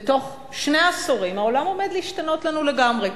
ותוך שני עשורים העולם עומד להשתנות לנו לגמרי.